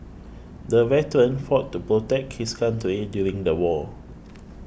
the veteran fought to protect his country during the war